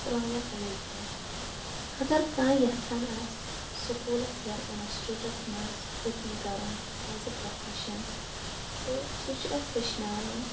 سَلام وعلیکُم اَگر کانٛہہ یَژھان آسہِ سکوٗلَس یا اِنسچوٗٹَس مَنٛز کُکِنٛگ کَرُن ایٚز اَے پروفیشَن تہٕ سُہ چھُ اَسہِ ہیٚچھناوُن